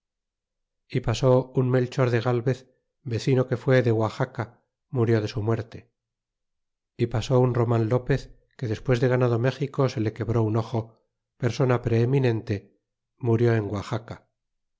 y pasó un melchor de galvez vecino que fué de guaxaca murió de su muerte y pasó un roman lopez que despues de ganado méxico se le quebró un ojo persona preeminente murió en guaxaca